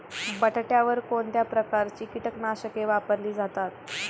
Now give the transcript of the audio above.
बटाट्यावर कोणत्या प्रकारची कीटकनाशके वापरली जातात?